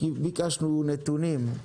ביקשנו נתונים.